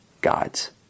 God's